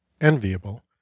enviable